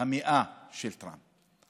המאה של טראמפ.